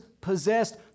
possessed